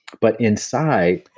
but inside,